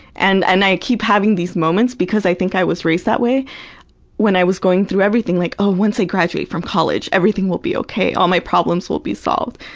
and and i keep having these moments because i think i was raised that way when i was going through everything, like, oh, once i graduate from college, everything will be okay. all my problems will be solved.